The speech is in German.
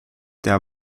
der